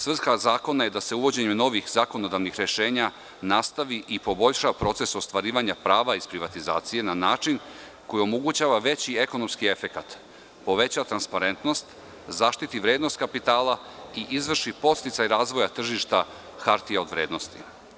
Svrha zakona je da se uvođenjem novih zakonodavnih rešenja nastavi i poboljša proces ostvarivanja prava iz privatizacije na način koji omogućava veći ekonomski efekat, poveća transparentnost, zaštiti vrednost kapitala i izvrši podsticaj razvoja tržišta hartija od vrednosti.